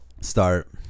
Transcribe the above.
start